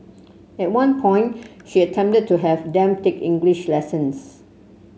at one point she attempted to have them take English lessons